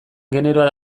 genero